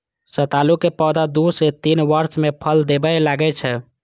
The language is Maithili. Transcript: सतालू के पौधा दू सं तीन वर्ष मे फल देबय लागै छै